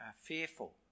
fearful